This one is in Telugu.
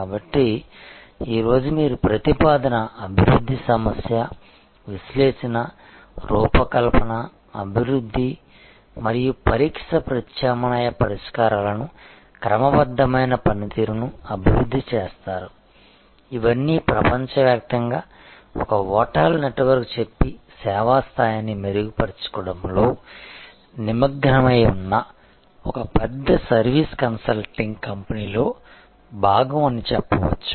కాబట్టి ఈ రోజు మీరు ప్రతిపాదన అభివృద్ధి సమస్య విశ్లేషణ రూపకల్పన అభివృద్ధి మరియు పరీక్ష ప్రత్యామ్నాయ పరిష్కారాలను క్రమబద్ధమైన పనితీరును అభివృద్ధి చేస్తారు ఇవన్నీ ప్రపంచవ్యాప్తంగా ఒక హోటల్ నెట్వర్క్ చెప్పే సేవా స్థాయిని మెరుగుపరచడంలో నిమగ్నమై ఉన్న ఒక పెద్ద సర్వీస్ కన్సల్టింగ్ కంపెనీలో భాగం అని చెప్పవచ్చు